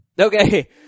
Okay